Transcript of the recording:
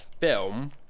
film